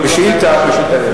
בשאילתא פשוט,